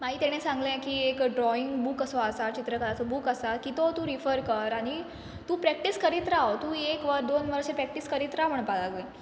मागीर तेणें सांगलें की एक ड्रॉईंग बूक असो आसा चित्रकलाचो बूक आसा की तो तूं रिफर कर आनी तूं प्रॅक्टीस करीत राव तूं एक वर दोन वर अशें प्रॅक्टीस करीत राव म्हणपा लागलो